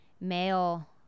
male